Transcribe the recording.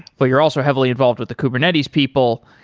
but you're also heavily involved with the kubernetes people,